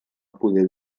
poder